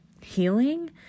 healing